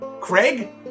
Craig